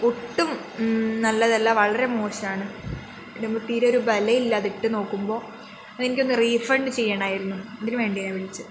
ഒട്ടും നല്ലതല്ല വളരെ മോശമാണ് ഇടുമ്പോൾ തീരേ ഒരു ബലം ഇല്ലാ അതിട്ട് നോക്കുമ്പോൾ അതെനിക്കൊന്ന് റീഫണ്ട് ചെയ്യണമായിരുന്നു അതിനു വേണ്ടിയാണ് ഞാൻ വിളിച്ചത്